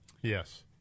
yes